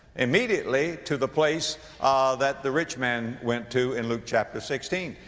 immediately to the place that the rich man went to in luke chapter sixteen.